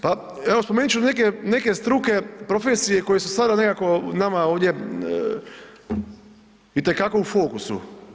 Pa evo, spomenut ću neke, neke struke, profesije koje su sada nekako nama ovdje itekako u fokusu.